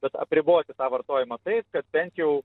bet apriboti tą vartojimą taip kad bent jau